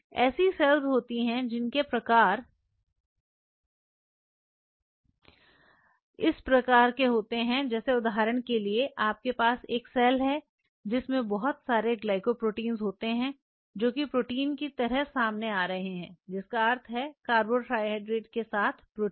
ऐसी सेल्स होती हैं जिनके प्रकार इस प्रकार के होते हैं जैसे उदाहरण के लिए आपके पास एक सेल है जिसमें बहुत सारे ग्लाइकोप्रोटीन होते हैं जो कि प्रोटीन की तरह सामने आ रहे हैं जिसका अर्थ है कार्बोहाइड्रेट के साथ प्रोटीन